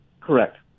Correct